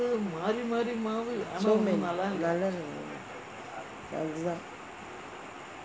நல்லாலே தானே அது தான்:nallalae thaanae athu thaan